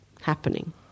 happening